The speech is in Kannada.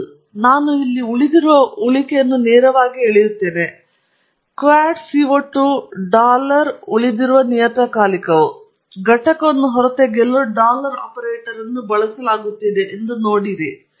ನಾನು ಇಲ್ಲಿ ಉಳಿದಿರುವ ಉಳಿಕೆಯನ್ನು ನೇರವಾಗಿ ಎಳೆಯುತ್ತೇನೆ ಕ್ವಾಡ್ CO 2 ಡಾಲರ್ ಉಳಿದಿರುವ ನಿಯತಕಾಲಿಕವು ಘಟಕವನ್ನು ಹೊರತೆಗೆಯಲು ಡಾಲರ್ ಆಪರೇಟರ್ ಅನ್ನು ಬಳಸಲಾಗುತ್ತಿದೆ ಎಂದು ನೀವು ನೋಡಬಹುದು